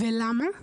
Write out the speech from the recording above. הוא